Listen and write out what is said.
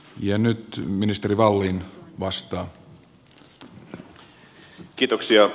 ja nyt ministeri wallin laittaa kiinni